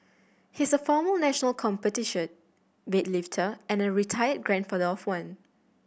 he is a former national weightlifter and a retired grandfather of one